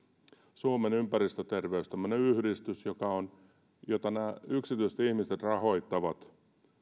suomen ympäristöterveys tämmöinen yhdistys jota nämä yksityiset ihmiset rahoittavat